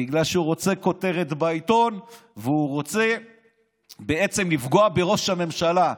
בגלל שהוא רוצה כותרת בעיתון והוא רוצה בעצם לפגוע בראש הממשלה,